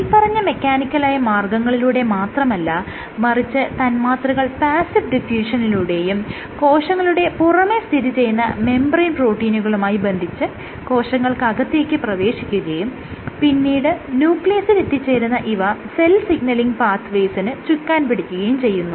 മേല്പറഞ്ഞ മെക്കാനിക്കലായ മാർഗങ്ങളിലൂടെ മാത്രമല്ല മറിച്ച് തന്മാത്രകൾ പാസീവ് ഡിഫ്യൂഷനിലൂടെയും കോശങ്ങളുടെ പുറമെ സ്ഥിതിചെയ്യുന്ന മെംബ്രെയ്ൻ പ്രോട്ടീനുകളുമായി ബന്ധിച്ച് കോശങ്ങൾക്കത്തേക്ക് പ്രവേശിക്കുകയും പിന്നീട് ന്യൂക്ലിയസിൽ എത്തിച്ചേരുന്ന ഇവ സെൽ സിഗ്നലിങ് പാത്ത് വെയ്സിന് ചുക്കാൻ പിടിക്കുകയും ചെയ്യുന്നു